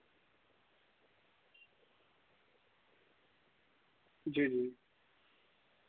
जी जी